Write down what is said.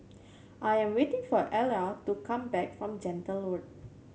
I am waiting for Ayla to come back from Gentle Road